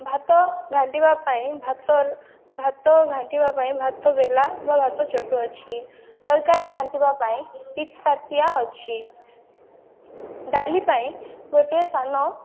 ଭାତ ଘାଣ୍ଟିବା ପାଇଁ ଭାତ ଭାତ ଘାଣ୍ଟିବା ପାଇଁ ଭାତ ବେଲା ବା ଭାତ ଚଟୁ ଅଛି ତରକାରୀ ଘାଣ୍ଟିବା ପାଇଁ ପିତପାତିଆ ଅଛି ଡାଲି ପାଇଁ ଗୋଟିଏ ସାନ